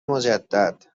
مجدد